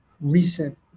recent